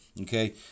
Okay